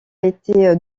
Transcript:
été